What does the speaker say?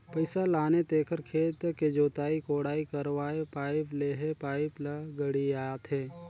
पइसा लाने तेखर खेत के जोताई कोड़ाई करवायें पाइप लेहे पाइप ल गड़ियाथे